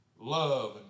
love